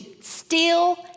steal